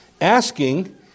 Asking